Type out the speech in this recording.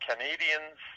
Canadians